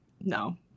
No